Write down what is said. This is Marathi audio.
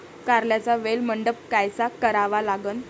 कारल्याचा वेल मंडप कायचा करावा लागन?